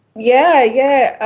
yeah, yeah.